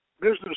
business